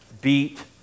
beat